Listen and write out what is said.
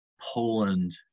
poland